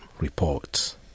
reports